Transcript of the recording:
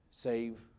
save